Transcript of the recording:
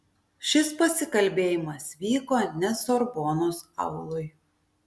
šis pasikalbėjimas vyko ne sorbonos auloj